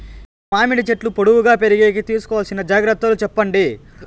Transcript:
మేము మామిడి చెట్లు పొడువుగా పెరిగేకి తీసుకోవాల్సిన జాగ్రత్త లు చెప్పండి?